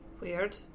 Weird